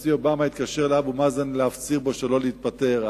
שהנשיא אובמה יתקשר לאבו מאזן להפציר בו שלא יתפטר.